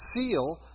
seal